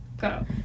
go